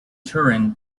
turin